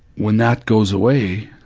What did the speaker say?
when that goes away,